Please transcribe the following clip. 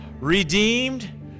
redeemed